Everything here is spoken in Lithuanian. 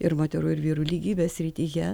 ir moterų ir vyrų lygybės srityje